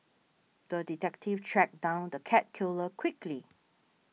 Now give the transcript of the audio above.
the detective tracked down the cat killer quickly